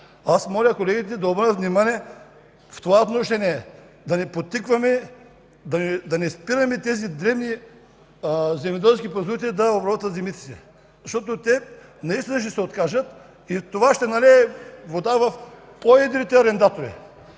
Аз моля колегите да обърнат внимание в това отношение – да не спираме тези дребни земеделски производители да обработват земите си. Защото те наистина ще се откажат и това ще налее вода в по-едрите арендатори,